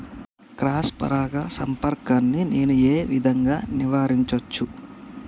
Cross పరాగ సంపర్కాన్ని నేను ఏ విధంగా నివారించచ్చు?